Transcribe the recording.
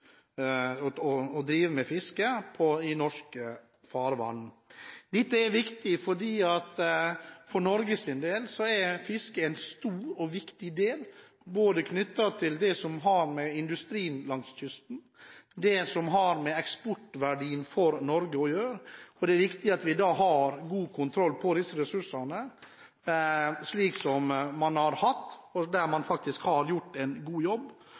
drive med fiske i norske farvann. Dette er viktig, for for Norges del er fiske en stor og viktig del både for industrien langs kysten og for det som har med eksportverdien for Norge å gjøre, for det er viktig at vi har god kontroll over disse ressursene, slik man har hatt, og der har man faktisk gjort en god jobb.